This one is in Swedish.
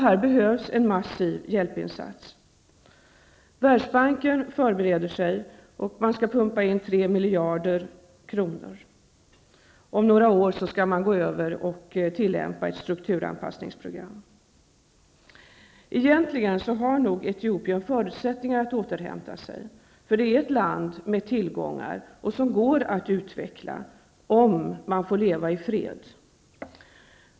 Här behövs en massiv hjälpinsats. Världsbanken förbereder sig för att pumpa in 3 miljarder kronor. Om några år skall man sätta in ett strukturanpassningsprogram. Etiopien har egentligen förutsättningar att återhämta sig; det är ett land med tillgångar som går att utveckla, om det får leva i fred.